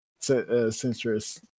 centrist